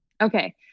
Okay